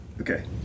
Okay